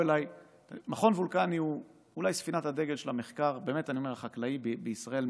מכון וולקני הוא אולי ספינת הדגל של המחקר החקלאי בישראל,